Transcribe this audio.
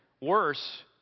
worse